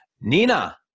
Nina